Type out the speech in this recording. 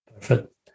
Perfect